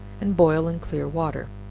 and boil in clear water.